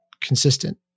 consistent